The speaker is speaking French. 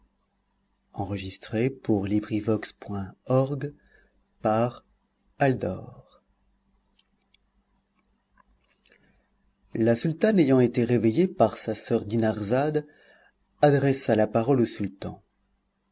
la sultane ayant été réveillée par sa soeur dinarzade adressa la parole au sultan